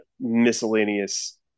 miscellaneous